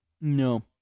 No